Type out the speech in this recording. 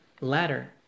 ladder